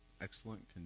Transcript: excellent